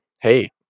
hey